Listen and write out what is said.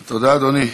תודה, אדוני.